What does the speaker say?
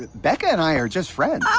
becca and i are just friends.